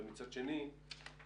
ומצד שני אין,